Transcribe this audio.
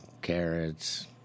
Carrots